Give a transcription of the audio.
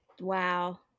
wow